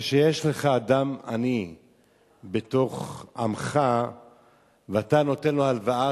כשיש לך אדם עני בתוך עמך ואתה נותן לו הלוואה,